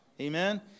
Amen